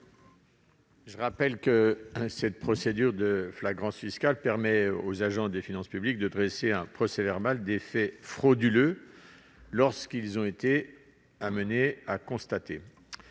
Je rappelle que la procédure de flagrance fiscale permet aux agents des finances publiques de dresser un procès-verbal des faits frauduleux qu'ils ont été amenés à constater.